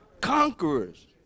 Conquerors